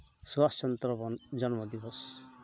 ᱥᱩᱵᱷᱟᱥᱪᱚᱱᱫᱨᱚ ᱵᱚᱥᱩ ᱡᱚᱱᱢᱚ ᱫᱤᱵᱚᱥ